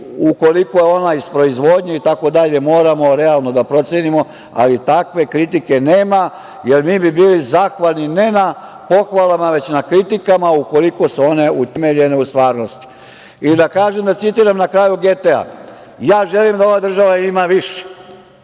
ukoliko je ona iz proizvodnje, moramo realno da procenimo, ali takve kritike nema, jer mi bi bili zahvalni, ne na pohvalama, već na kritikama ukoliko su one utemeljene u stvarnosti. Da kažem, da citiram na kraju Getea. Ja želim da ova država ima više,